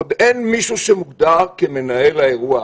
עוד אין מישהו שמוגדר כמנהל האירוע,